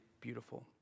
beautiful